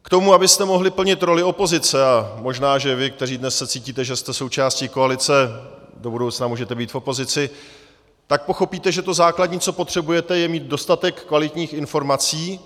K tomu, abyste mohli plnit roli opozice, a možná, že vy, kteří se dnes cítíte, že jste součástí koalice, do budoucna můžete být v opozici, tak pochopíte, že to základní, co potřebujete, je mít dostatek kvalitních informací.